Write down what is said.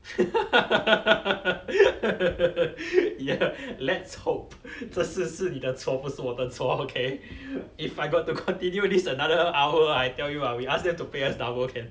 ya let's hope 这次是你的错不是我的错 okay if I got to continue this another hour I tell you ah we ask them to pay us double can